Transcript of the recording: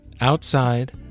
outside